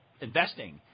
investing